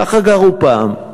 ככה גרו פעם.